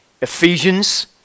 Ephesians